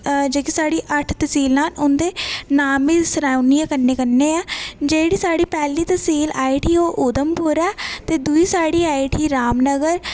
जेह्की साढ़ी अट्ठ तसीलां न उं'दे नाम बी सनाई ओड़नी आं कन्नै कन्नै गै जेह्ड़ी साढ़ी पैह्ली तसील आई उठी ओह् उधमपुर ऐ ते दुई साढ़ी आई उठी रामनगर